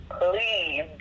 please